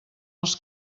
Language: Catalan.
els